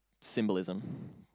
symbolism